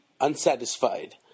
unsatisfied